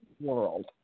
world